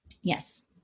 Yes